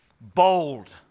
bold